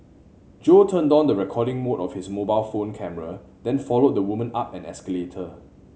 Jo turned on the recording mode of his mobile phone camera then followed the woman up an escalator